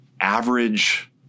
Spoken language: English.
average